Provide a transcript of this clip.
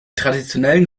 traditionellen